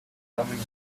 coming